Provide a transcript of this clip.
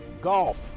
golf